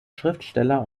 schriftsteller